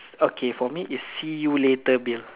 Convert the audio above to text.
okay for me is see you later Bill